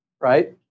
Right